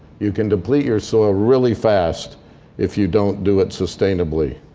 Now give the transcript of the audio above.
you can deplete your soil really fast if you don't do it sustainably.